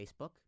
Facebook